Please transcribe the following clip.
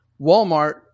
Walmart